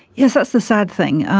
yes, that's the sad thing.